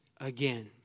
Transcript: again